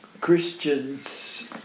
Christians